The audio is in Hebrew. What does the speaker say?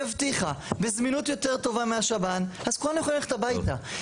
הבטיחה בזמינות יותר טובה מהשב"ן אז כולנו יכולים ללכת הביתה.